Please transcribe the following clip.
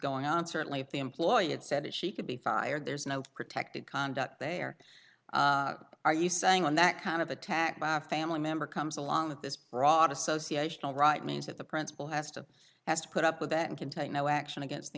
going on certainly if the employee had said that she could be fired there's no protected conduct there are you saying on that kind of attack by a family member comes along with this broad association all right means that the principal has to has to put up with that and can take no action against the